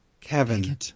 Kevin